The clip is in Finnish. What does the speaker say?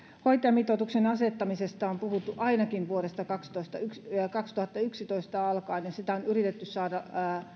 hoitajamitoituksen asettamisesta on puhuttu ainakin vuodesta kaksituhattayksitoista alkaen ja sitä on yritetty saada